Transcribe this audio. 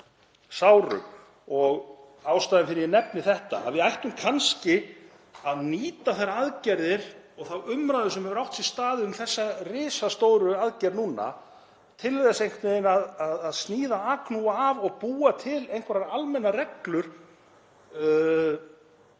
sárum. Ástæðan fyrir því að ég nefni þetta, að við ættum kannski að nýta þær aðgerðir og þá umræðu sem hefur átt sér stað um þessa risastóru aðgerð núna til þess einhvern veginn að sníða agnúa af og búa til einhverjar almennar reglur